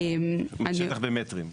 שטח במטרים.